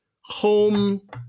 home